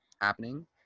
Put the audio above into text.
happening